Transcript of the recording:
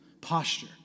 posture